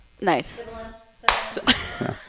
Nice